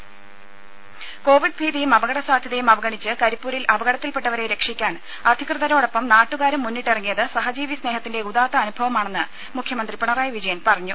രുമ കോവിഡ് ഭീതിയും അപകട സാധ്യതയും അവഗണിച്ച് കരിപ്പൂരിൽ അപകടത്തിൽപ്പെട്ടവരെ രക്ഷിക്കാൻ അധികൃതരോടൊപ്പം നാട്ടുകാരും മുന്നിട്ടിറങ്ങിയത് സഹ ജീവി സ്നേഹത്തിന്റെ ഉദാത്ത അനുഭവമാണെന്ന് മുഖ്യമന്ത്രി പിണറായി വിജയൻ പറഞ്ഞു